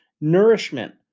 nourishment